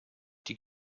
die